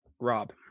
Rob